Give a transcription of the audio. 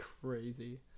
Crazy